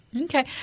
Okay